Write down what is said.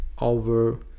over